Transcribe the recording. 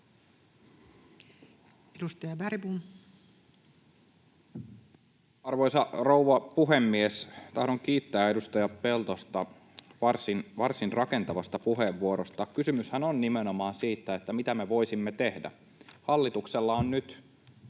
19:41 Content: Arvoisa rouva puhemies! Tahdon kiittää edustaja Peltosta varsin rakentavasta puheenvuorosta. Kysymyshän on nimenomaan siitä, mitä me voisimme tehdä. Hallituksella on nyt